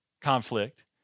conflict